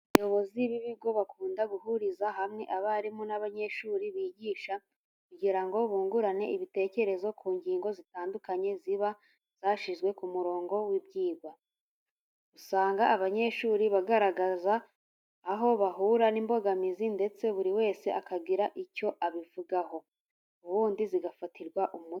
Abayobozi b'ibigo bakunda guhuriza hamwe abarimu n'abanyeshuri bigisha kugira ngo bungurane ibitekereza ku ngingo zitandukanye ziba zashyizwe ku murongo w'ibyigwa. Usanga abanyeshuri bagaragaza aho bahura n'imbogamizi ndetse buri wese akagira icyo abivugaho, ubundi zigashakirwa umuti.